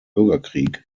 bürgerkrieg